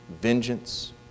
vengeance